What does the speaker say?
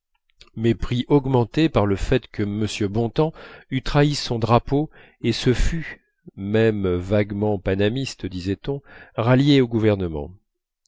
augmenté par le fait que m bontemps eût trahi son drapeau et se fût même vaguement panamiste disait-on rallié au gouvernement